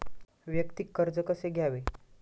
वैयक्तिक कर्ज कसे घ्यावे?